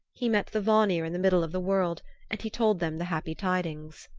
he met the vanir in the middle of the world and he told them the happy tidings.